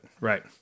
Right